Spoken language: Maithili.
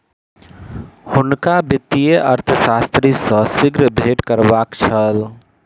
हुनका वित्तीय अर्थशास्त्री सॅ शीघ्र भेंट करबाक छल